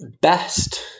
best